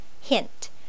Hint